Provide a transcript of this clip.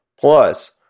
Plus